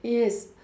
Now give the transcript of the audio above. yes